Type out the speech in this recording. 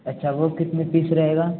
अच्छा वो कितने पीस रहेगा